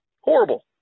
Horrible